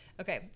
Okay